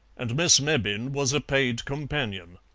and miss mebbin was a paid companion.